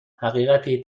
حقیقتی